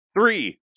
Three